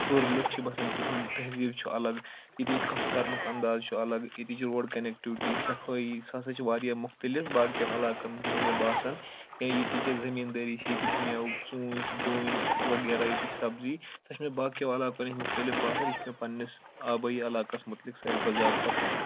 ہیوٚر لُکھ چھِ باسَان تِہُنٛد تہذیٖب چھُ الگ ییٚتِچ کَتھ کَرنُک اَنٛداز چھُ الگ ییٚتِچ روڈ کَنؠکٹِوٹی صفٲیی سُہ ہَسا چھِ واریاہ مُختلِف باقیَن علاقَن منٛز مےٚ باسان کینٛہہ ییٚتِچ زٔمیٖندٲری چھِ ییٚتِکۍ میوٕ ژوٗنٛٹھۍ ڈوٗنۍ وغیرہ ییٚتی سبزی سۄ چھےٚ مےٚ باقیو علاقو ہٕنٛدۍ مُختٔلِف باسان یہِ چھِ مےٚ پَننِس آبٲیہِ علاقَس مُتعلِق ساروی کھۄتہٕ زیادٕ پَسنٛد